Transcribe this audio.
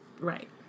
Right